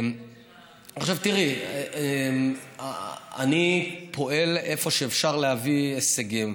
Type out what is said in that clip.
תראי, אני פועל איפה שאפשר להביא הישגים.